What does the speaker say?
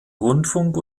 rundfunk